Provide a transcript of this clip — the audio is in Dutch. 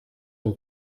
een